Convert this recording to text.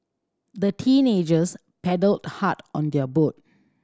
the teenagers paddled hard on their boat